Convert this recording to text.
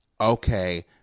okay